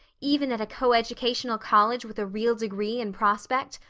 even at a coeducational college with a real degree in prospect,